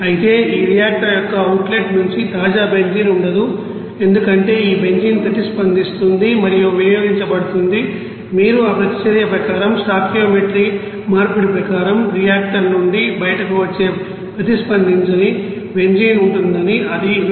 అయితే ఈ రియాక్టర్ యొక్క అవుట్ లెట్ నుంచి తాజా బెంజీన్ ఉండదు ఎందుకంటే ఈ బెంజీన్ ప్రతిస్పందిస్తుంది మరియు వినియోగించబడుతుంది మీరు ఆ ప్రతిచర్య ప్రకారం స్టోయికియోమెట్రీ మార్పిడి ప్రకారం రియాక్టర్ నుండి బయటకు వచ్చే ప్రతిస్పందించని బెంజీన్ ఉంటుందని అది 189